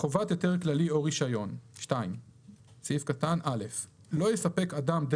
"חובת היתר כללי או רישיון 2. לא יספק אדם,